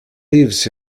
lives